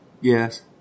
Yes